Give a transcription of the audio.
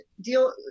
deal